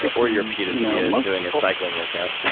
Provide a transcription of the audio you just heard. or you're pete attia doing a cycling workout.